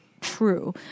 true